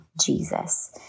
Jesus